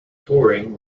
touring